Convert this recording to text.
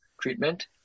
treatment